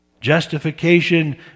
Justification